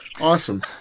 Awesome